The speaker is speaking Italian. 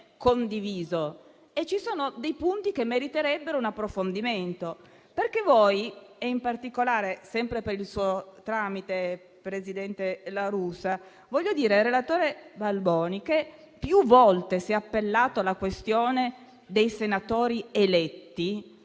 condiviso. Ci sono dei punti che meriterebbero un approfondimento. In particolare, sempre per il suo tramite, presidente La Russa, voglio dire al relatore Balboni, che più volte si è appellato alla questione dei senatori eletti,